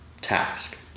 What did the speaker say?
task